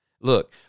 Look